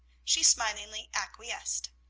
she smilingly acquiesced.